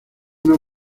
una